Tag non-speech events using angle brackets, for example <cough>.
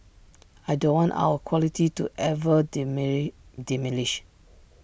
I don't want our quality to ever <unintelligible> diminish